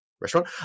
restaurant